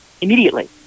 immediately